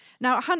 Now